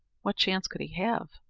what chance could he have,